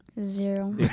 Zero